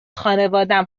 خانوادم